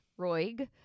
Roig